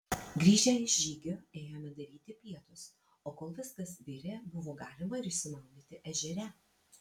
grįžę iš žygio ėjome daryti pietus o kol viskas virė buvo galima ir išsimaudyti ežere